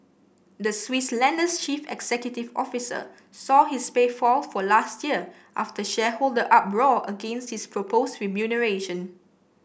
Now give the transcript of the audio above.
the Swiss lender's chief executive officer saw his pay fall for last year after shareholder uproar against his proposed remuneration